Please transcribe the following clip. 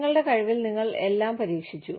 നിങ്ങളുടെ കഴിവിൽ നിങ്ങൾ എല്ലാം പരീക്ഷിച്ചു